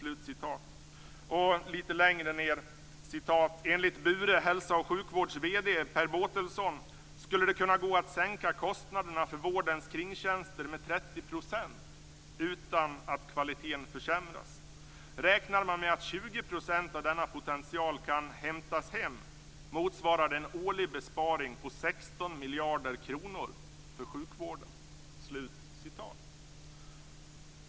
Litet längre ned står det: "Enligt Bure Hälsa och Sjukvårds vd Per Båtelson skulle det kunna gå att sänka kostnaderna för vårdens kringtjänster med 30 procent utan att kvaliteten försämras. Räknar man med att 20 procent av denna potential kan 'hämtas hem' motsvarar det en årlig besparing på 16 miljarder kronor för sjukvården."